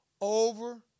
over